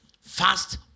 fast